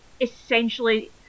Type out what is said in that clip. essentially